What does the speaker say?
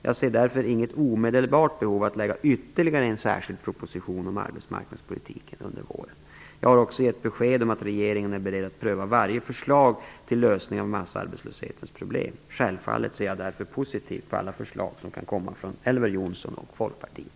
Jag ser därför inget omedelbart behov av att lägga ytterligare en särskild proposition om arbetsmarknadspolitiken under våren. Jag har också gett besked om att regeringen är beredd att pröva varje förslag till lösning av massarbetslöshetens problem. Självfallet ser jag därför positivt på alla förslag som kan komma från Elver Jonsson och Folkpartiet.